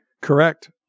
Correct